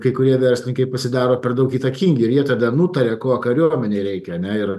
kai kurie verslininkai pasidaro per daug įtakingi ir jie tada nutaria ko kariuomenei reikia ane ir